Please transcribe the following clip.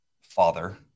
father